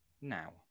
now